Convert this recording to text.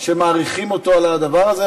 לא שמעתי שמעריכים אותו על הדבר הזה,